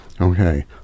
Okay